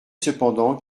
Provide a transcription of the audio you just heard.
cependant